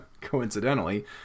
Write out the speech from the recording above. coincidentally